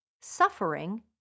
suffering